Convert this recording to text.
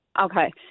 Okay